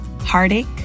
heartache